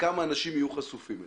וכמה אנשים יהיו חשופים אליו.